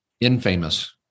Infamous